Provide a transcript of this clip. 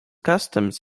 customs